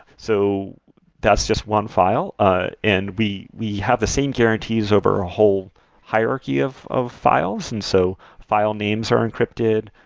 so that's just one file. ah and we we have the same guarantees over a whole hierarchy of of files, and so file names are encrypted,